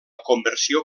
conversió